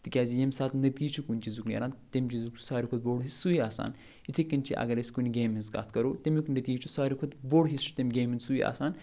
تِکیٛازِ ییٚمہِ ساتہٕ نتیٖجہٕ چھُ کُنہِ چیٖزُک نیران تَمہِ چیٖزُک چھُ سارِوی کھۄتہٕ بوٚڈ حصہٕ سُے آسان یِتھَے کٔنۍ چھِ اگر أسۍ کُنہِ گیمہِ ہِنٛز کَتھ کرو تَمیُک نتیٖجہٕ چھِ سارِوی کھۄتہٕ بوٚڈ حصہٕ چھُ تَمہِ گیمہِ ہُنٛد سُے آسان